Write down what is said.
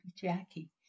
Jackie